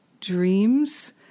dreams